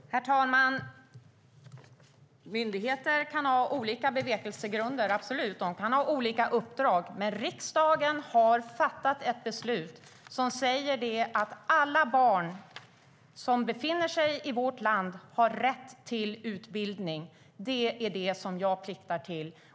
Herr talman! Myndigheter kan ha olika bevekelsegrunder, absolut, och de kan ha olika uppdrag. Men riksdagen har fattat ett beslut som säger att alla barn som befinner sig i vårt land har rätt till utbildning. Det är det som jag pliktar till.